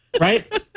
right